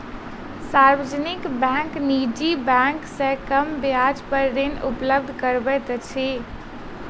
सार्वजनिक बैंक निजी बैंक से कम ब्याज पर ऋण उपलब्ध करबैत अछि